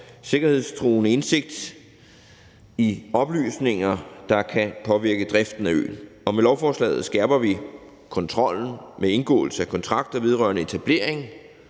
sikkerhedstruende indsigt i oplysninger, der kan påvirke driften af øen. Med lovforslaget skærper vi kontrollen med indgåelse af kontrakter vedrørende etablering,